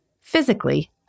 physically